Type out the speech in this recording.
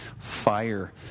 Fire